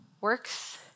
works